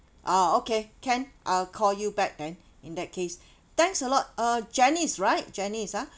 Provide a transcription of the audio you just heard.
oh okay can I'll call you back then in that case thanks a lot uh janice right janice ah